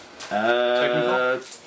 Technical